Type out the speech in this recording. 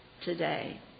today